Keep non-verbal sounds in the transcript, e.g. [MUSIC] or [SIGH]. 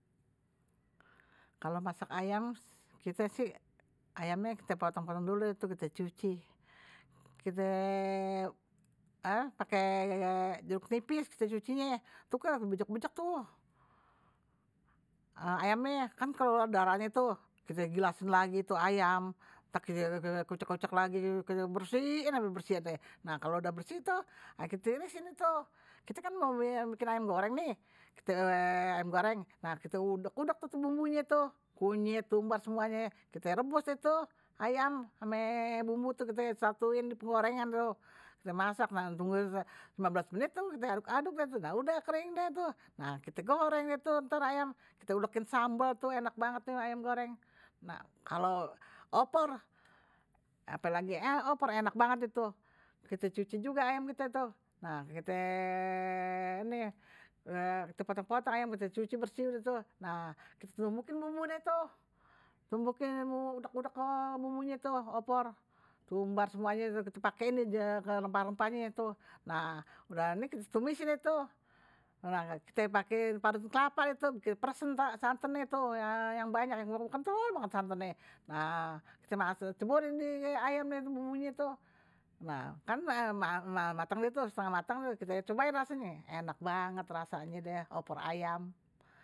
Kalo masak ayam kite sih ayamnye kite potong potong dulu kite cuci, kite [HESITATION] pake jeruk nipis kite cucinye, dibejek bejek tuh kan keluar darahnye kite gilasin lagi tuh ayam, ntar kite kucek kucek lagi kite bersihin aje. nah kalo udah bersih kite tirisin tuh kite kan mau bikin ayam goreng nih, ayam goreng kite ubek ubek tuh bumbunye, kunyit tumbar semuanye kite rebus deh tuh ayam ame bumbu kite satuin dipenggornegan tuh, kite masak tungguin lima belas menit tuh kite aduk aduk nah udah deh tuh kering nah kite goreng deh tuh ayam, kite ulekin sambel tuh enak banget tuh ayam goreng, nah kalo opor, apelagi kalo opor enak banget tuh. kite cuci juga tuh ayam nah kite ni kite potong potong ayam kite cuci bersih tuh, nah kite tumbukin bumbu deh tu, tumbukin deh bumbu udek udek [HESITATION] bumbunye opor, ketumbar semuanye kite pakein rempah rempahnye tuh nah udah ini kite tumisin nah kite parutin kelapa peresin santennye tuh yang banyak sampe kentel banget santennye, nah kite masukin ceburin di ayam bumbunye tuh, nah kan mateng mateng tuh kite cobain dah enak banget rasanye